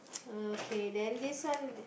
are you okay then this one